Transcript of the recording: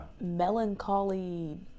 melancholy